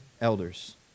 elders